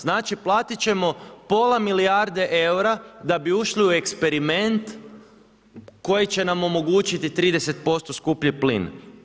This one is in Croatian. Znači platit ćemo pola milijarde eura da bi ušli u eksperiment koji će nam omogućiti 30% skuplji plin.